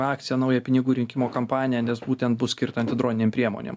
akciją naują pinigų rinkimo kampaniją nes būtent bus skirta antidroninėm priemonėm